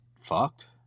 fucked